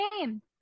name